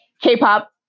K-pop